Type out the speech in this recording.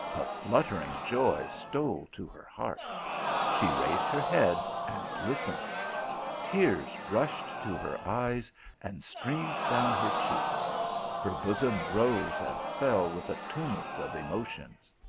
a fluttering joy stole to her heart she raised her head and lis tened tears rushed to her eyes and streamed down her cheeks her bosom rose and fell with a tumult of emotions.